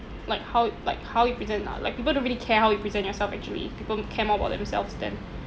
like how like how you present uh like people don't really care how you present yourself actually people care more about themselves than